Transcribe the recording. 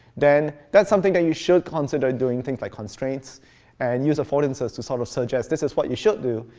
then that's something that you should consider doing things like constraints and use affordances to sort of suggest, this is what you should do,